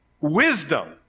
wisdom